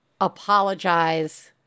apologize